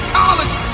college